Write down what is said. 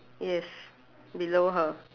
yes below her